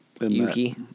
Yuki